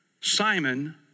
Simon